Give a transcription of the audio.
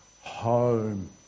home